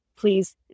please